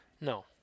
No